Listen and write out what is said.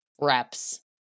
reps